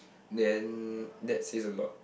then that says a lot